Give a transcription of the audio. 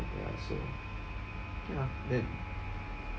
ya so ya there